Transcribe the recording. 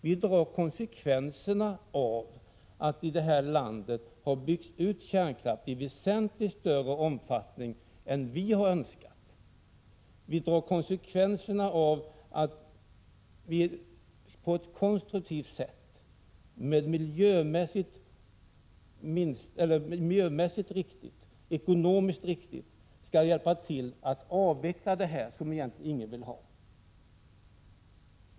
Vi drar konsekvenserna av att kärnkraft i det här landet byggts ut i väsentligt större omfattning än vi har önskat. Vi skall på ett konstruktivt sätt, miljömässigt och ekonomiskt riktigt hjälpa till att avveckla det som ingen egentligen vill ha.